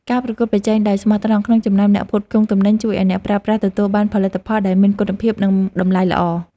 ការប្រកួតប្រជែងដោយស្មោះត្រង់ក្នុងចំណោមអ្នកផ្គត់ផ្គង់ទំនិញជួយឱ្យអ្នកប្រើប្រាស់ទទួលបានផលិតផលដែលមានគុណភាពនិងតម្លៃល្អ។